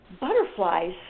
Butterflies